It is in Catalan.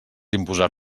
imposar